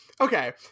Okay